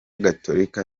gatolika